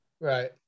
right